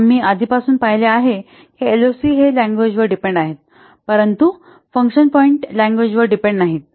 आम्ही आधीपासूनच पाहिले आहे की एलओसी हे लँग्वेज वर डिपेंड आहेत परंतु फंक्शन पॉईंट लँग्वेज वर डिपेंड नाहीत